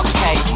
Okay